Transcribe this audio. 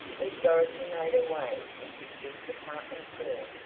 as dorothy made her way into the big department store.